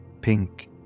pink